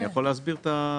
אני יכול להסביר את הבעיה.